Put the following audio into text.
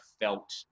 felt